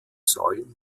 säulen